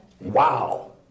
Wow